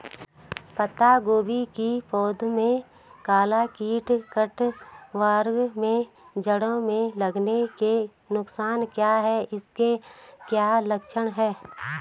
पत्ता गोभी की पौध में काला कीट कट वार्म के जड़ में लगने के नुकसान क्या हैं इसके क्या लक्षण हैं?